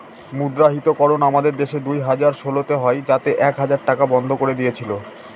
মুদ্রাহিতকরণ আমাদের দেশে দুই হাজার ষোলোতে হয় যাতে এক হাজার টাকা বন্ধ করে দিয়েছিল